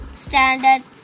standard